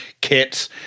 kits